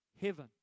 heaven